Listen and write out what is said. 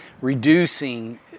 reducing